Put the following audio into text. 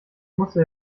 musste